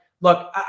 look